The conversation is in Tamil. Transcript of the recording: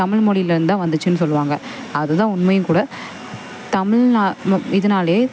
தமிழ் மொழியிலேருந்து தான் வந்துச்சுன்னு சொல்லுவாங்க அது தான் உண்மையும் கூட தமிழ்நா இதனாலே